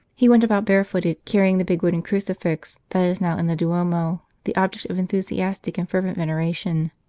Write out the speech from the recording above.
he went about bare footed, carrying the big wooden crucifix that is now in the duomo, the object of enthusiastic and fervent veneration.